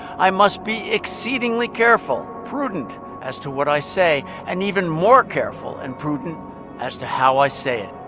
i must be exceedingly careful, prudent as to what i say and even more careful and prudent as to how i say it.